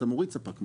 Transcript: אתה מוריד ספק מים.